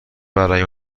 برای